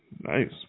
Nice